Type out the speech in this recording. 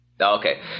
Okay